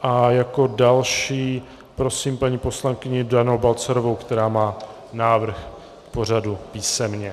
A jako další prosím paní poslankyni Danu Balcarovou, která má návrh k pořadu písemně.